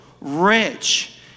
rich